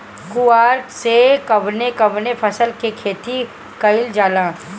कुवार में कवने कवने फसल के खेती कयिल जाला?